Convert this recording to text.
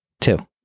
Two